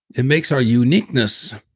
it makes our uniqueness.